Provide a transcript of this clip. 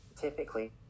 typically